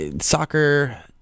soccer